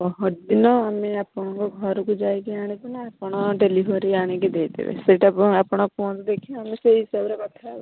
ପହର୍ଦିନ ଆମେ ଆପଣଙ୍କ ଘରକୁ ଯାଇକି ଆଣିବୁ ନା ଆପଣ ଡେଲିଭେରି ଆଣିକି ଦେଇଦେବେ ସେଇଟା ଆପଣ କୁହନ୍ତୁ ଦେଖିବା ଆମେ ସେଇ ହିସାବରେ କଥାହବା